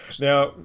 Now